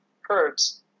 hertz